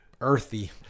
earthy